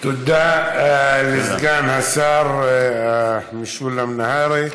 תודה לסגן השר משולם נהרי.